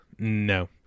No